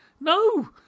no